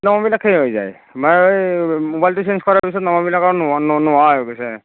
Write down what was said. নম্বৰবিলাক হেৰি হৈ যায় এই ম'বাইলটো চেঞ্জ কৰাৰ পিছত নম্বৰবিলাক নোহো নোহোৱা হৈ গৈছে